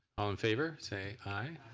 all in favor say aye.